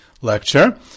lecture